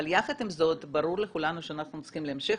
אבל יחד עם זאת ברור לכולנו שאנחנו צריכים להמשיך.